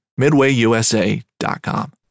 MidwayUSA.com